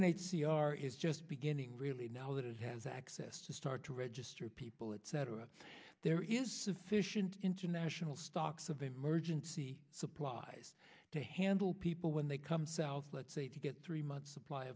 r is just beginning really now that is has access to start to register people etc there is sufficient international stocks of emergency supplies to handle people when they come south lets say to get three months supply